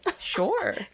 sure